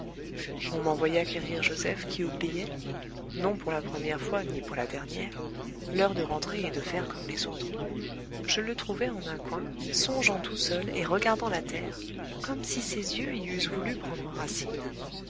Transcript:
on m'envoya quérir joseph qui oubliait non pour la première fois ni pour la dernière l'heure de rentrer et de faire comme les autres je le trouvai en un coin songeant tout seul et regardant la terre comme si ses yeux y eussent voulu prendre racine